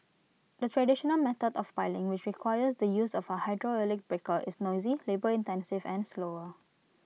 the traditional method of piling which requires the use of A hydraulic breaker is noisy labour intensive and slower